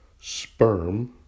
sperm